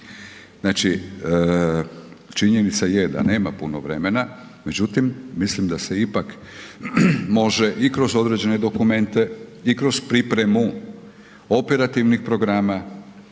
Znači, činjenica je da nema puno vremena međutim mislim da se ipak može kroz i kroz određene dokumente i kroz pripremu operativnih programa,